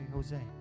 Jose